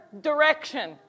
direction